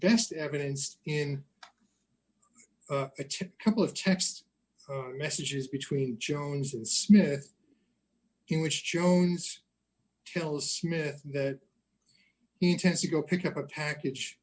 best evidenced in couple of text messages between jones and smith in which jones tells c n n that he intends to go pick up a package